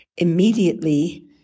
immediately